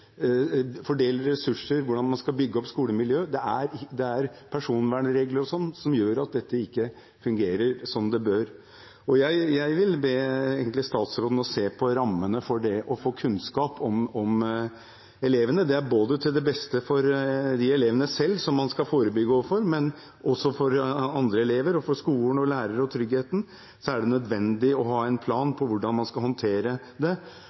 fordele ressurser, hvordan man skal bygge opp skolemiljø – det er personvernregler og sånt som gjør at dette ikke fungerer som det bør. Jeg vil egentlig be statsråden om å se på rammene for det å få kunnskap om elevene. Det er til beste for de elevene man skal forebygge overfor, og også for andre elever, skolen, lærerne og tryggheten er det nødvendig å ha en plan for hvordan man skal håndtere det.